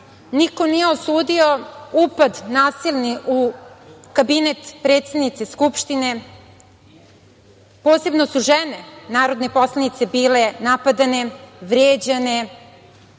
niko nije osudio upad nasilni u kabinet predsednice Skupštine, posebno su žene, narodne poslanice, bile napadane, vređane,